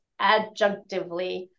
adjunctively